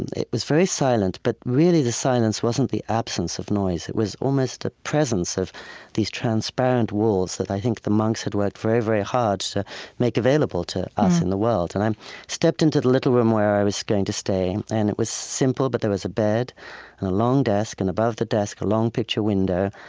and it was very silent, but really the silence wasn't the absence of noise. it was almost the ah presence of these transparent walls that i think the monks had worked very, very hard to make available to us in the world. and i stepped into the little room where i was going to stay, and it was simple. but there was a bed and a long desk, and above the desk a long picture window,